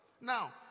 now